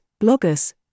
bloggers